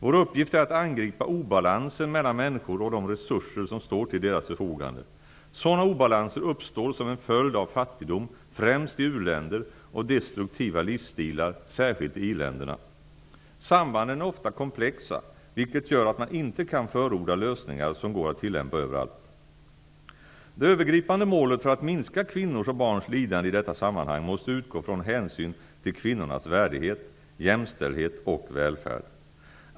Vår uppgift är att angripa obalansen mellan människor och de resurser som står till deras förfogande. Sådana obalanser uppstår som en följd av fattigdom, främst i u-länder, och destruktiva livsstilar, särskilt i i-länderna. Sambanden är ofta komplexa, vilket gör att man inte kan förorda lösningar som går att tillämpa överallt. Det övergripande målet för att minska kvinnors och barns lidande i detta sammanhang måste utgå från hänsyn till kvinnornas värdighet, jämställdhet och välfärd.